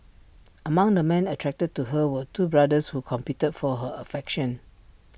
among the men attracted to her were two brothers who competed for her affection